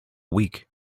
week